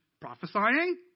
prophesying